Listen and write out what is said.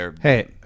Hey